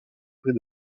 près